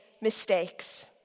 mistakes